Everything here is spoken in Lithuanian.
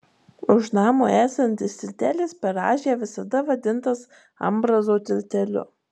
už namo esantis tiltelis per rąžę visada vadintas ambrazo tilteliu